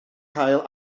cael